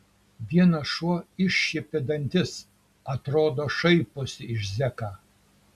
vienas šuo iššiepė dantis atrodo šaiposi iš zeką